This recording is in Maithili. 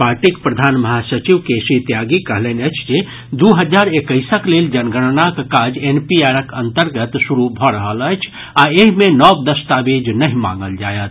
पार्टीक प्रधान महासचिव के सी त्यागी कहलनि अछि जे दू हजार एक्कैसक लेल जनगणनाक काज एनपीआरक अन्तर्गत शुरू भऽ रहल अछि आ एहि मे नव दस्तावेज नहि मांगल जायत